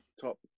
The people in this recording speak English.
top